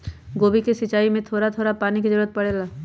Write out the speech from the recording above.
गोभी के सिचाई में का थोड़ा थोड़ा पानी के जरूरत परे ला?